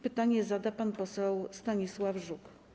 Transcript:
Pytanie zada pan poseł Stanisław Żuk.